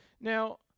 Now